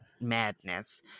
madness